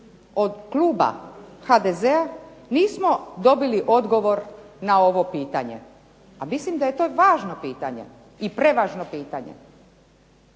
od kluba HDZ-a nismo dobili odgovor na ovo pitanje, a mislim da je to važno pitanje i prevažno pitanje.